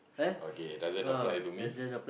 okay doesn't apply to me